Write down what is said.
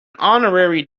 honorary